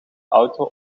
auto